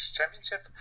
Championship